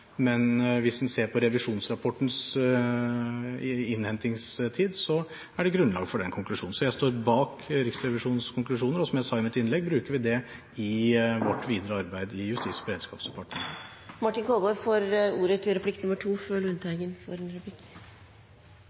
Men hvis en ser på revisjonsrapportens innhentingstid, er det grunnlag for den konklusjonen. Så jeg står bak Riksrevisjonens konklusjoner, og som jeg sa i mitt innlegg, bruker vi det i det videre arbeid i Justis- og beredskapsdepartementet. Jeg visste ikke helt hvor mange replikker vi hadde til